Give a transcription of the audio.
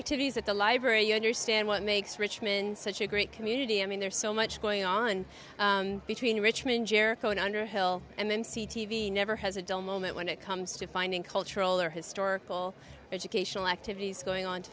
activities at the library you understand what makes richmond such a great community i mean there's so much going on between richmond jericho and underhill and then c t v never has a dull moment when it comes to finding cultural or historical educational activities going on